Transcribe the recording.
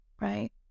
right